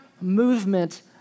movement